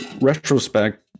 retrospect